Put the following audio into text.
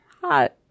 hot